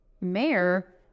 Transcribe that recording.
Mayor